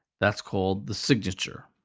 that's called the signature.